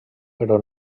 però